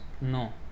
No